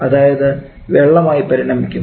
അതായത് വെള്ളം ആയി പരിണമിക്കും